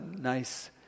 nice